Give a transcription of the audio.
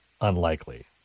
unlikely